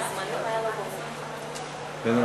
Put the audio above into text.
כבוד